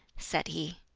said he.